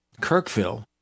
Kirkville